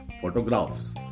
photographs